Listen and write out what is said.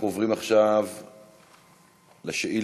אנחנו עוברים עכשיו לשאילתות.